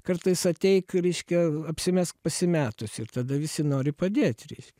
kartais ateik reiškia apsimesk pasimetusiu ir tada visi nori padėt reiškia